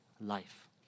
life